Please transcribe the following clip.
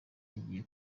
agiye